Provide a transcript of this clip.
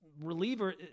reliever